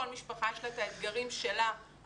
לכל משפחה יש את האתגרים שלה הפרטיים.